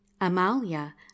Amalia